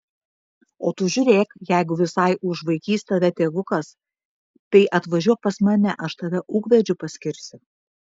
o tu žiūrėk jeigu visai užvaikys tave tėvukas tai atvažiuok pas mane aš tave ūkvedžiu paskirsiu